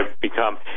become